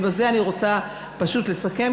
בזה אני רוצה פשוט לסכם,